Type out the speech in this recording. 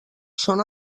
són